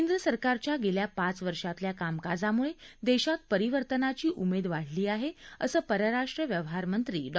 केंद्र सरकारच्या गेल्या पाच वर्षातल्या कामकाजामुळे देशात परिवर्तनाची उमेद वाढली आहे असं परराष्ट्र व्यवहार मंत्री डॉ